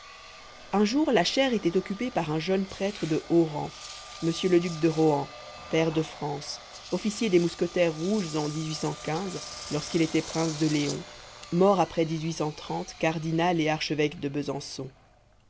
un jour la chaire était occupée par un jeune prêtre de haut rang mr le duc de rohan pair de france officier des mousquetaires rouges en lorsqu'il était prince de léon mort après cardinal et archevêque de besançon